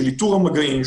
של איתור המגעים,